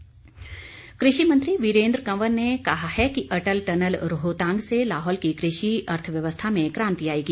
वीरेन्द्र कंवर कृषि मंत्री वीरेन्द्र कंवर ने कहा है कि अटल टनल रोहतांग से लाहौल की कृषि अर्थव्यवस्था में क्रांति आएगी